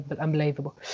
Unbelievable